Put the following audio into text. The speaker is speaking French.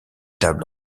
table